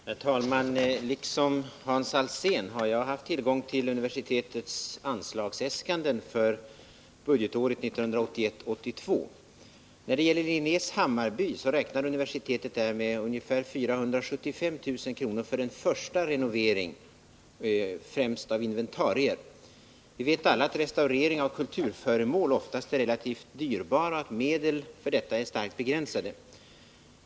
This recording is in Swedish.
Herr talman! Liksom Hans Alsén har jag tillgång till universitetes anslagsäskanden för budgetåret 1981/82. När det gäller Linnés Hammarby räknar universitetet med ca 475 000 kr. för en första renovering m.m. av främst inventarier. Vi vet alla att restaurering av kulturföremål oftast är relativt dyrbar och att medlen för detta är starkt begränsade.